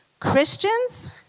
Christians